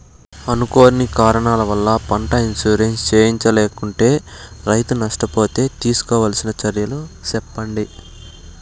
అనుకోని కారణాల వల్ల, పంట ఇన్సూరెన్సు చేయించలేకుంటే, రైతు నష్ట పోతే తీసుకోవాల్సిన చర్యలు సెప్పండి?